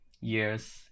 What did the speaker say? years